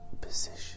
position